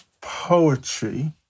poetry